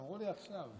אני יודע שלא,